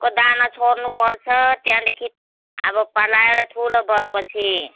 को दाना छर्नुपर्छ त्यहाँदेखि अब पलाएर ठुलो भएपछि